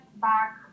back